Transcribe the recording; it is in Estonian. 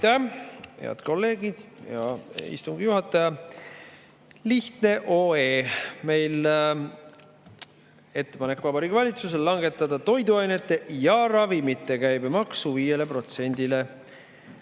Head kolleegid! Hea istungi juhataja! Lihtne OE. Meil on ettepanek Vabariigi Valitsusele langetada toiduainete ja ravimite käibemaks 5%‑le